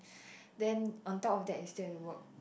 then on top of that you still have to work